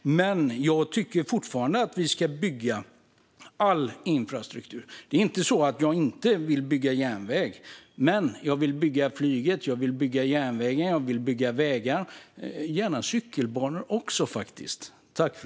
Jag tycker fortfarande att vi ska bygga all infrastruktur. Det är inte så att jag inte vill bygga järnväg. Men jag vill bygga flyg, jag vill bygga järnväg, jag vill bygga vägar och faktiskt också gärna cykelbanor.